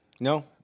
No